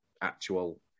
actual